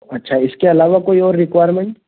अच्छा इसके अलावा कोई और रिक्वाएरमेंट